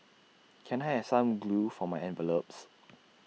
can I have some glue for my envelopes